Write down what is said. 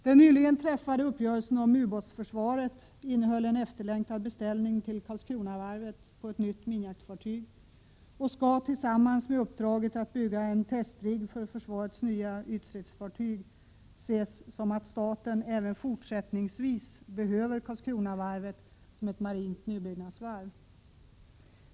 Den nyligen träffade uppgörelsen om ubåtsförsvaret innehöll en efterlängtad beställning till Karlskronavarvet på ett nytt minjaktfartyg, och den skall tillsammans med uppdraget att bygga en testrigg för försvarets nya ytstridsfartyg ses som att staten även fortsättningsvis behöver Karlskronavarvet som ett marint nybyggnadsvarv.